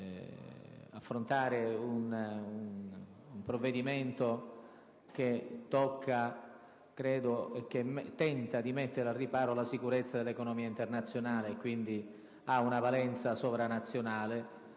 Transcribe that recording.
si tratta di un provvedimento che tenta di mettere al riparo la sicurezza dell'economia internazionale, quindi ha una valenza sovranazionale,